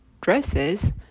dresses